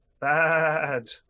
bad